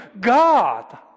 God